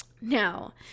now